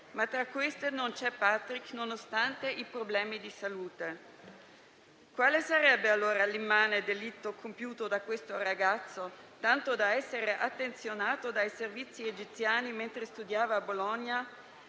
ma tra queste non c'è Patrik, nonostante i problemi di salute. Quale sarebbe, allora, l'immane delitto compiuto da questo ragazzo, tanto da essere attenzionato dai Servizi egiziani mentre studiava a Bologna,